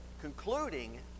concluding